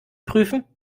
prüfen